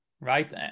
right